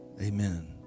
Amen